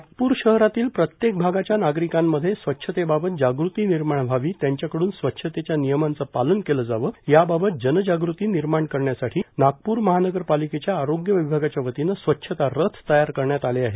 नागपूर शहरातील प्रत्येक भागाच्या नागरिकांमध्ये स्वच्छतेबाबत जागृती निर्माण व्हावी त्यांच्याकडून स्वच्छतेच्या नियमांचे पालन केले जावे याबाबत जनजागृती निर्माण करण्यासाठी नागपूर महानगरपालिकेच्या आरोग्य विभागाच्या वतीने स्वच्छता रथ तयार करण्यात आले आहे